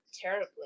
terribly